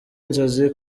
inzozi